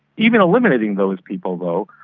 even eliminating those people though,